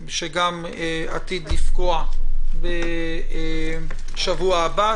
שגם עתיד לפקוע בשבוע הבא,